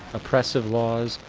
oppressive laws,